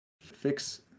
fix